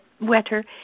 wetter